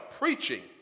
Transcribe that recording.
preaching